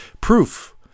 Proof